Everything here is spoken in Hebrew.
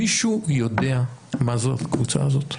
מישהו יודע מה זאת הקבוצה הזאת?